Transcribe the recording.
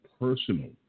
personal